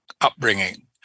upbringing